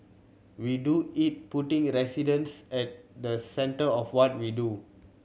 we do it putting residents at the centre of what we do